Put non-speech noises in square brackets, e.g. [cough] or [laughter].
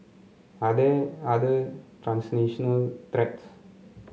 are there other transnational [unintelligible]